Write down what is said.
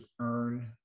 earn